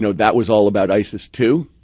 so that was all about isis too.